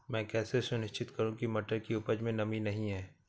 मैं कैसे सुनिश्चित करूँ की मटर की उपज में नमी नहीं है?